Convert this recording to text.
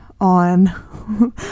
on